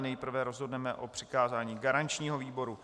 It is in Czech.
Nejprve rozhodneme o přikázání garančnímu výboru.